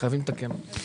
חייבים לתקן אותו.